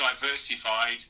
diversified